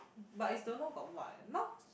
but is don't know got what eh now